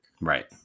Right